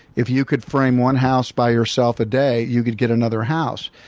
if you could frame one house by yourself a day, you could get another house.